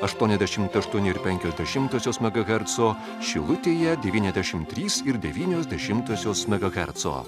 aštuoniasdešimt aštuoni ir penkios dešimtosios megaherco šilutėje devyniasdešimt trys ir devynios dešimtosios megaherco